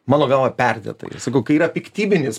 mano galva perdėtai sakau kai yra piktybinis